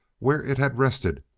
where it had rested,